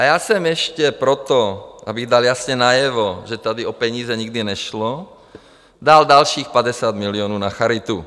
Já jsem ještě proto, abych dal jasně najevo, že tady o peníze nikdy nešlo, dal dalších 50 milionů na charitu.